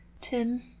tim